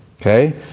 okay